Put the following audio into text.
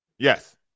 yes